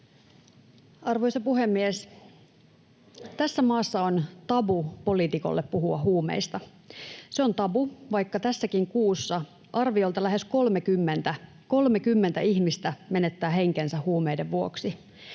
Arvoisa puhemies! Tässä maassa poliitikolle on tabu puhua huumeista. Se on tabu, vaikka tässäkin kuussa arviolta lähes 30 — 30 — ihmistä menettää henkensä huumeiden vuoksi.